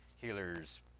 healers